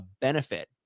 benefit